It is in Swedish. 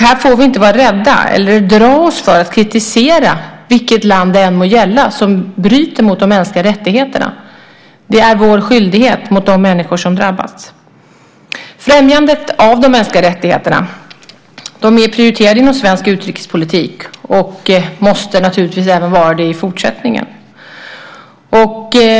Här får vi inte vara rädda eller dra oss för att kritisera vilket land det än må gälla som bryter mot de mänskliga rättigheterna. Det är vår skyldighet mot de människor som drabbats. Främjandet av de mänskliga rättigheterna är prioriterade inom svensk utrikespolitik och måste naturligtvis även vara det i fortsättningen.